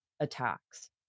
attacks